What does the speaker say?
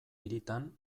hiritan